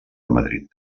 madrid